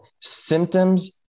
symptoms